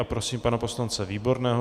Prosím pana poslance Výborného.